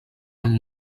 amb